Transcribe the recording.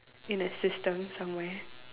in a system somewhere